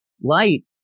Light